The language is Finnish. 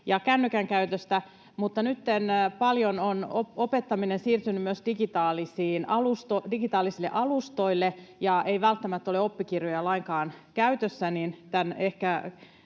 ja kännykän käytöstä. Mutta nytten paljon on opettaminen siirtynyt myös digitaalisille alustoille ja ei välttämättä ole oppikirjoja lainkaan käytössä.